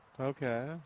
Okay